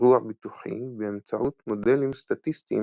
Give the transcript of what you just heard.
אירוע ביטוחי באמצעות מודלים סטטיסטיים